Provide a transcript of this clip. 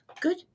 Good